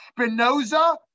Spinoza